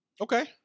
Okay